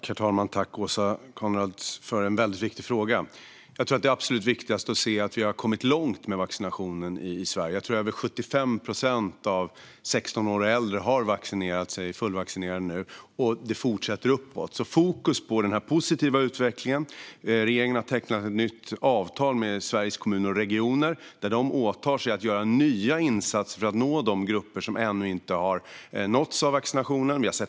Herr talman! Tack, Åsa Coenraads, för en väldigt viktig fråga! Jag tror att det absolut viktigaste är att se att vi har kommit långt med vaccinationen i Sverige. Jag tror att över 75 procent av dem som är 16 år och äldre har vaccinerat sig och är fullvaccinerade nu, och det fortsätter uppåt. Fokus på den här positiva utvecklingen är viktigt. Regeringen har tecknat ett nytt avtal med Sveriges Kommuner och Regioner där de åtar sig att göra nya insatser för att nå de grupper som ännu inte har nåtts av vaccinationen.